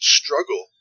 struggle